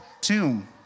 tomb